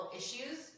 issues